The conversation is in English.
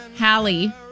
Hallie